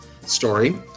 story